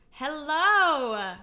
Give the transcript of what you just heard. Hello